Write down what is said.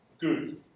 good